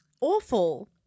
Awful